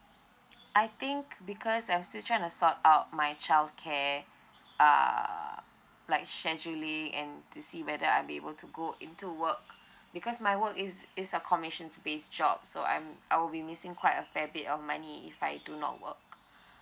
I think because I'm still trying to sort out my childcare uh like scheduling and to see whether I'm able to go into work because my work is is a commissions based job so I'm I'll be missing quite a fair bit of money if I do not work